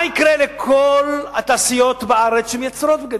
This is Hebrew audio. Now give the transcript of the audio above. מה יקרה לכל התעשיות בארץ שמייצרות בגדים?